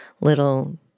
little